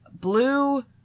blue